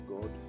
God